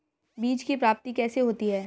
बीज की प्राप्ति कैसे होती है?